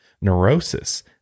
neurosis